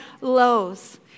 lows